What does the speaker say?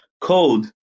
code